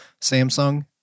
Samsung